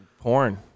Porn